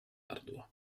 ardua